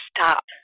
stop